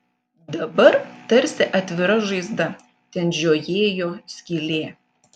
dabar tarsi atvira žaizda ten žiojėjo skylė